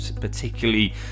particularly